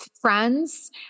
friends